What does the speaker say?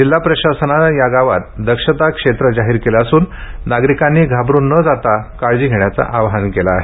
जिल्हा प्रशासनानं या गावात दक्षता क्षेत्र जाहीर केलं असून नागरिकांनी घाबरून न जाता काळजी घेण्याचं आवाहन केलं आहे